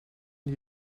die